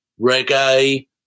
reggae